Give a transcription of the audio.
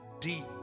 deep